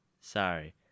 Sorry